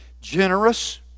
Generous